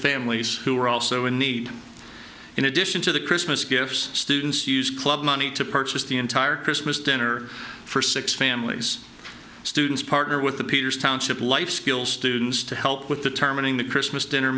families who are also in need in addition to the christmas gifts students use club money to purchase the entire christmas dinner for six families students partner with the peters township life skills students to help with the terminating the christmas dinner